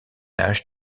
âge